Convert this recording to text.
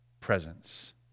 presence